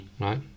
Right